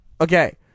Okay